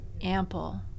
ample